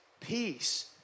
peace